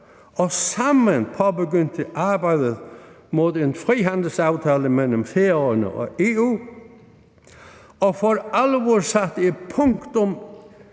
og sammen påbegyndte arbejdet mod en frihandelsaftale mellem Færøerne og EU og for alvor satte et punktum